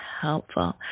helpful